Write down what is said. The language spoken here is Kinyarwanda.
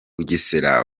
bugesera